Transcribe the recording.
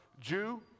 Jew